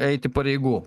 eiti pareigų